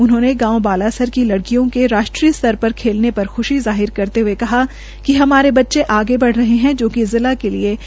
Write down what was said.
उन्होंने गांव बालासर की लड़कियों के राष्ट्रीय स्तर पर खेलने पर ख्शी जाहिर करते हए कहा कि हमारे बच्चे आगे ब रहे हैं जोकि जिला के लिए गर्व की बात है